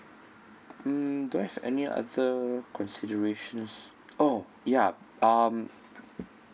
mm do I have any other considerations !oh! ya um